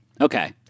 okay